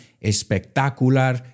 espectacular